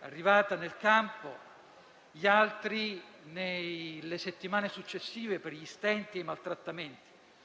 arrivata nel campo; gli altri nelle settimane successive, per gli stenti e i maltrattamenti.